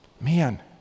Man